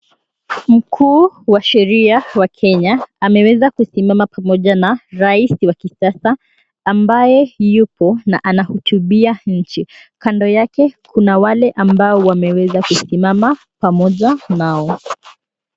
Mkuu wa sheria wa Kenya ameweza kusimama pamoja na rais wa kisasa ambaye yupo na anahutubia nchi. Kando yake kuna wale ambao wameweza kusimama pamoja nao.